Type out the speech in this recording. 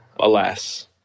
alas